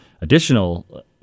additional